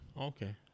Okay